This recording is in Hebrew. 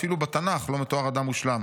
אפילו בתנ"ך לא מתואר אדם מושלם,